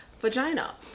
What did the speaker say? vagina